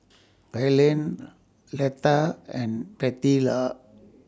Gaylen Letta and Bettylou